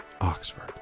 Oxford